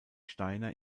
steiner